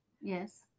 yes